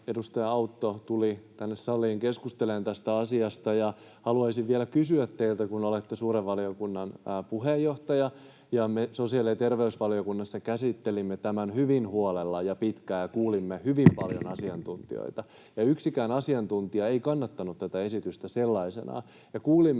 edustaja Autto tuli tänne saliin keskustelemaan tästä asiasta, ja haluaisin vielä kysyä teiltä, kun olette suuren valiokunnan puheenjohtaja — me sosiaali- ja terveysvaliokunnassa käsittelimme tämän hyvin huolella ja pitkään ja kuulimme hyvin paljon asiantuntijoita, ja yksikään asiantuntija ei kannattanut tätä esitystä sellaisenaan,